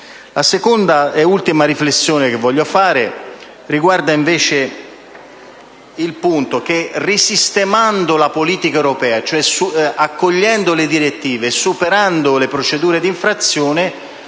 La seconda e ultima riflessione che voglio fare è che risistemando la politica europea, accogliendo le direttive e superando le procedure di infrazione